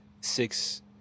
six